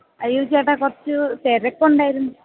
അയ്യോ ചേട്ടാ കുറച്ച് തിരക്ക് ഉണ്ടായിരുന്നു